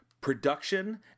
production